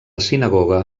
sinagoga